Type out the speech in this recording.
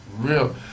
real